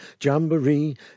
Jamboree